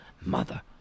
Mother